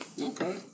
Okay